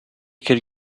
could